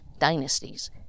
dynasties